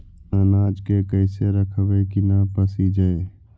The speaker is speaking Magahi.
अनाज के कैसे रखबै कि न पसिजै?